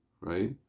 right